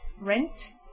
rent